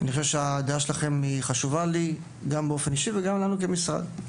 הדעה שלכם חשובה לי, באופן אישי, וגם לנו, כמשרד.